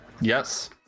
yes